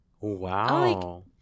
Wow